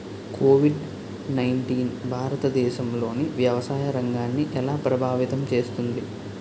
Covid nineteen భారతదేశంలోని వ్యవసాయ రంగాన్ని ఎలా ప్రభావితం చేస్తుంది?